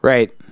Right